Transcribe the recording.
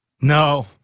No